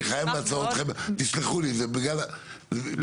אני חייב לעצור אתכם, תסלחו לי, זה בגלל ההפגנות.